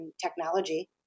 technology